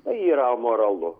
tai yra amoralu